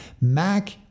Mac